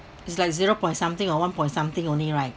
it's like zero point something or one point something only right